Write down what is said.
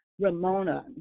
Ramona